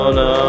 no